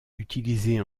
utilisée